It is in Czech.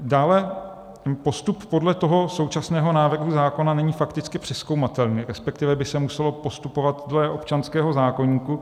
Dále, postup podle toho současného návrhu zákona není prakticky přezkoumatelný, resp. by se muselo postupovat dne občanského zákoníku.